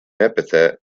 epithet